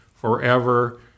forever